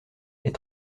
est